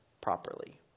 properly